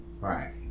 Right